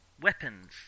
weapons